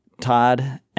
Todd